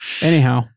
Anyhow